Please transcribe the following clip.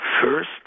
first